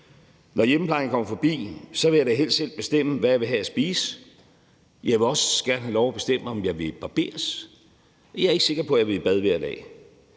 Når hjemmeplejen kommer forbi, vil jeg da helst selv bestemme, hvad jeg vil have at spise, og jeg vil også gerne have lov til at bestemme, om jeg vil barberes. Jeg er ikke sikker på, jeg vil i bad hver dag.